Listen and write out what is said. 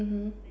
mmhmm